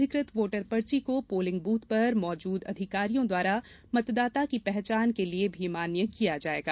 अधिकृत योटर पर्ची को पोलिंग बूथ पर मौजूद अधिकारियों द्वारा मतदाता की पहचान के लिए भी मान्य किया जाएगा